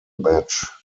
match